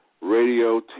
radio